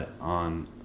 on